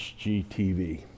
HGTV